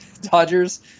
Dodgers